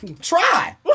Try